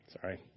Sorry